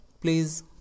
Please